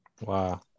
Wow